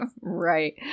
Right